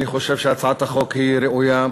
אני חושב שהצעת החוק היא ראויה.